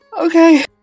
okay